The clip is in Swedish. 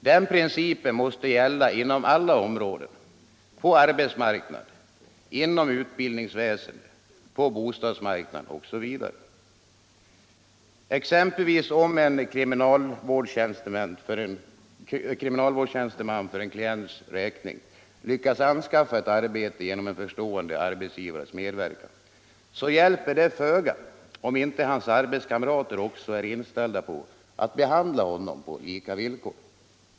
Den principen måste gälla inom alla områden, på arbetsmarknaden, inom utbildningsväsendet, på bostadsmarknaden osv. Om en kriminalvårdstjänsteman, exempelvis, för en klient lyckas anskaffa ett arbete genom en förstående arbetsgivares medverkan, så hjälper det föga om inte hans arbetskamrater också är inställda på att behandla honom på lika villkor.